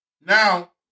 now